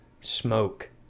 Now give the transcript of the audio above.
smoke